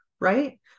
right